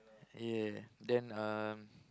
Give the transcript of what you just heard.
ya then um